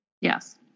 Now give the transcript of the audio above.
yes